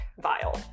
Vial